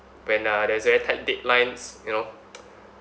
when uh there's very tight deadlines you know